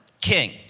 king